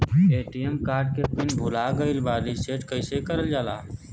ATM card के pin भूला गइल बा रीसेट कईसे करल जाला?